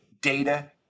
data